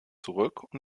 zurück